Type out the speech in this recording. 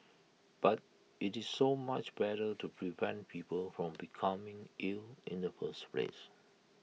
but IT is so much better to prevent people from becoming ill in the first place